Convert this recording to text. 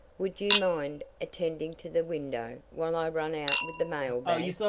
would you mind attendin' to the window while i run out with the mail bag?